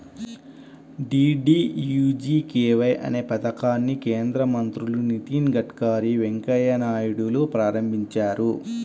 DDUGKY అనే పథకాన్ని కేంద్ర మంత్రులు నితిన్ గడ్కరీ, వెంకయ్య నాయుడులు ప్రారంభించారు